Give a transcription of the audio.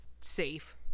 safe